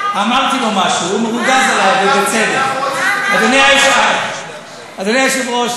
בגלל שאתה הולך אתי על הכשרות אני מצביע בעד.